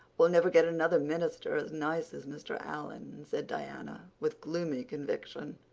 we'll never get another minister as nice as mr. allan, said diana, with gloomy conviction.